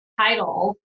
title